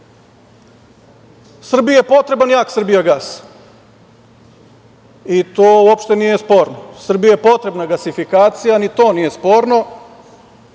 Srbiji je potreban jak "Srbijagas" i to uopšte nije sporno. Srbiji je potrebna gasifikacija, ni to nije sporno. Ali,